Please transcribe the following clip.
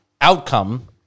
outcome